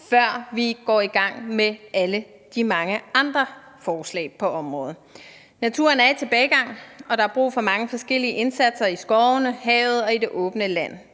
før vi går i gang med alle de mange andre forslag på området. Naturen er i tilbagegang, og der er brug for mange forskellige indsatser i skovene, i havet og i det åbne land.